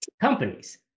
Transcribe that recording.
companies